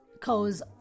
cause